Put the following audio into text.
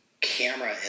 camera